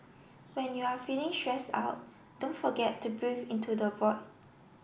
when you are feeling shares our don't forget to breathe into the void